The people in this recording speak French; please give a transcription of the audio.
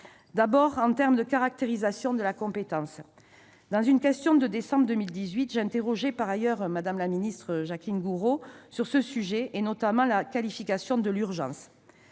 en termes de caractérisation de la compétence. Dans une question de décembre 2018, j'interrogeais par ailleurs Mme la ministre Jacqueline Gourault sur ce sujet, notamment sur la qualification de l'urgence.